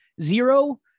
zero